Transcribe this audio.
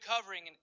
covering